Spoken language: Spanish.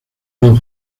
los